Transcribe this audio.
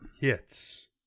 hits